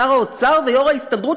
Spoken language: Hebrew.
שר האוצר ויו"ר ההסתדרות,